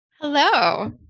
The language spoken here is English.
Hello